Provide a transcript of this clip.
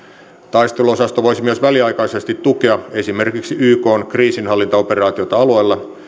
taisteluosasto voisi myös väliaikaisesti tukea esimerkiksi ykn kriisinhallintaoperaatiota alueella